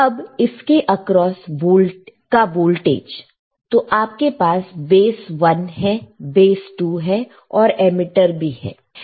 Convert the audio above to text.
अब इसके आक्रोस का वोल्टेज तो आपके पास बेस 1 है बेस 2 है और एमिटर भी है